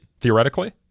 Theoretically